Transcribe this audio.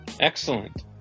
Excellent